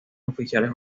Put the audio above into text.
oficiales